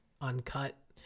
uncut